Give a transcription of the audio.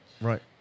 right